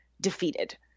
defeated